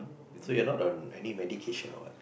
so you are not on any medication or what